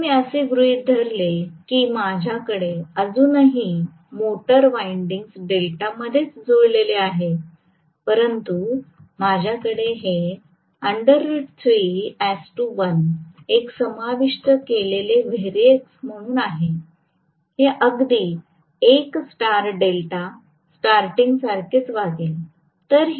जर मी असे गृहीत धरले की माझ्याकडे अजूनही मोटर वाईन्डिन्ग डेल्टामध्येच जुळलेले आहे परंतु माझ्याकडे हे 1 एक समाविष्ट केलेले व्हेरिएक्स म्हणून आहे हे अगदी 1 स्टार डेल्टा स्टार्टींग सारखेच वागेल